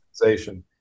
organization